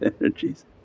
energies